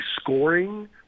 scoring